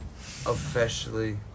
officially